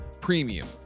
premium